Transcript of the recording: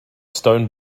stone